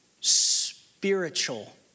spiritual